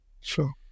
Sure